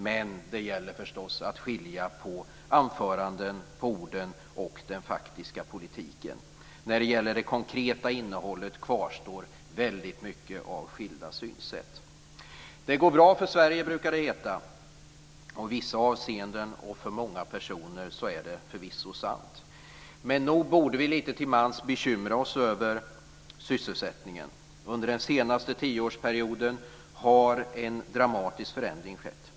Men det gäller förstås att skilja på anföranden, orden, och den faktiska politiken. När det gäller det konkreta innehållet kvarstår väldigt mycket av skilda synsätt. Det brukar heta att det går bra för Sverige. Och i vissa avseenden och för många personer är det förvisso sant. Men nog borde vi lite till mans bekymra oss över sysselsättningen. Under den senaste tioårsperioden har en dramatisk förändring skett.